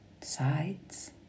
sides